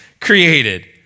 created